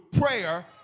prayer